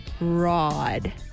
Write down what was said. Rod